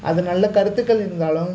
அது நல்ல கருத்துக்கள் இருந்தாலும்